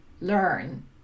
learn